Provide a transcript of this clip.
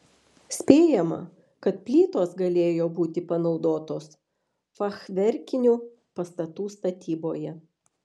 spėjama kad plytos galėjo būti panaudotos fachverkinių pastatų statyboje